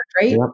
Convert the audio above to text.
right